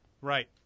Right